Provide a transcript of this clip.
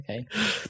Okay